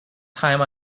time